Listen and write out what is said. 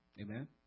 Amen